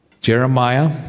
Jeremiah